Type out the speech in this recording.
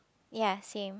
ya same